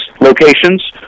locations